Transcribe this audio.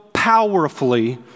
powerfully